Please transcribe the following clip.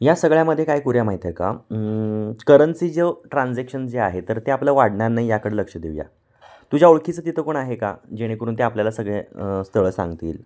या सगळ्यामध्ये काय करुया माहीत आहे का करन्सी जो ट्रान्झेक्शन जे आहे तर ते आपलं वाढणार नाही याकड लक्ष देऊया तुझ्या ओळखीचं तिथं कोण आहे का जेणेकरून ते आपल्याला सगळे स्थळं सांगतील